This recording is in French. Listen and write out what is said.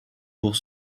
pour